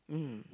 mmhmm